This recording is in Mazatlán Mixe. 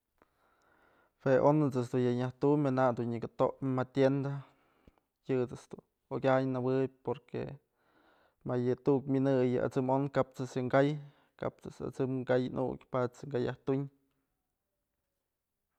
Jue on ëjt's dun ya nyäjtum je'e nak dun nyaka top'pë më tienda, yë ëjt's okyanyë jawëb porque ma yë tukpë mynëyën at'sëm on kap ëjt's yën kay, kaps ëjt's at'sëm kay nukyë pat's ëjt's ka yajtunyë.